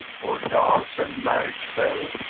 for dance and marriage bell,